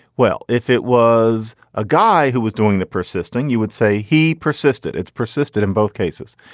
well, if it was a guy who was doing the persisting, you would say he persisted. it's persisted in both cases.